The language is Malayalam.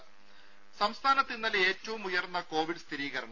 രംഭ സംസ്ഥാനത്ത് ഇന്നലെ ഏറ്റവും ഉയർന്ന കോവിഡ് സ്ഥിരീകരണം